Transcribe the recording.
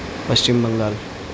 Paschim Bengal